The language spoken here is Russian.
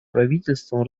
правительством